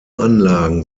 anlagen